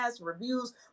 reviews